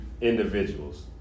individuals